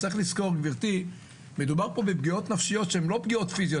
גברתי, מדובר בפגיעות נפשיות, לא פיזיות.